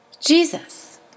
Jesus